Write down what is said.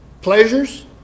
pleasures